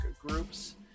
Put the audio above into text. groups